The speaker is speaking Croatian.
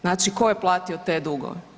Znači tko je platio te dugove?